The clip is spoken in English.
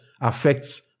affects